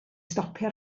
stopio